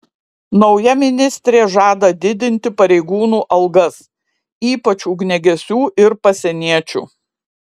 nauja ministrė žada didinti pareigūnų algas ypač ugniagesių ir pasieniečių